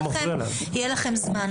יהיה לכם זמן.